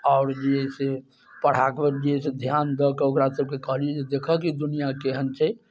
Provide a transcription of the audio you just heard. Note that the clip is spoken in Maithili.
आओर जे अइ से पढ़ा कऽ जे अइ से ध्यान दऽ कऽ ओकरासभके कहलियै जे देखहक ई दुनिआँ केहन छै